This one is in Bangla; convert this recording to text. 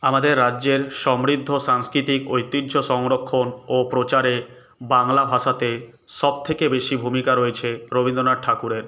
আমাদের রাজ্যের সমৃদ্ধ সাংস্কৃতিক ও ঐতিহ্য সংরক্ষণ ও প্রচারে বাংলা ভাষাতে সবথেকে বেশি ভূমিকা রয়েছে রবীন্দ্রনাথ ঠাকুরের